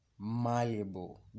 malleable